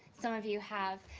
some of you have.